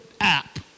app